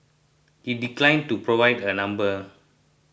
it declined to provide a number